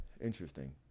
Interesting